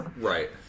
Right